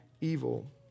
evil